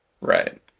Right